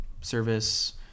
service